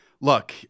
look